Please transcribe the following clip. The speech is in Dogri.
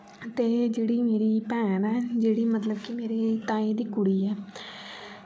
ते जेह्ड़ी मेरी भैन ऐ जेह्ड़ी मतलब की मेरी ताए दी कुड़ी ऐ